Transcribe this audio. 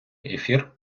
ефір